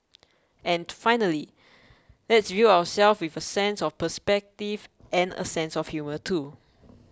and finally let's view ourselves with a sense of perspective and a sense of humour too